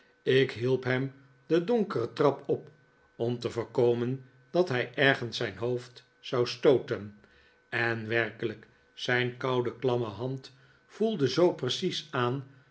ik hielp hem de donkere trap op om te voorkomen dat hij ergens zijn hoofd zou stooten en werkelijk zijn koude klamme hand voelde zoo precies aan